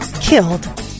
killed